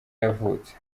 yavutse